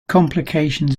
complications